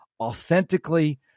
authentically